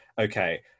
okay